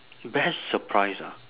best surprise ah